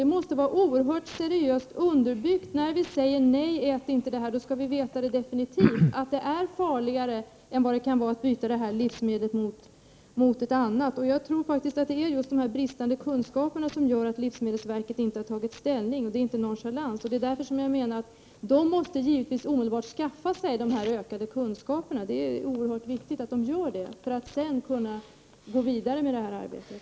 Det måste vara seriöst när vi säger: Nej, ät inte det här. Då skall vi säkert veta att det är farligare än att använda ett annat livsmedel. Jag tror faktiskt att det är bristen på kunskap och inte nonchalans som gör att livsmedelsverket inte har tagit ställning. Därför menar jag att livsmedelsverket omedelbart måste skaffa sig mer kunskap. Det är oerhört viktigt att göra detta för att sedan kunna gå vidare med det här arbetet.